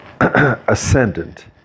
ascendant